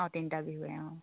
অঁ তিনিটা বিহুয়ে অঁ অঁ